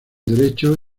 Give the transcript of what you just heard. derecho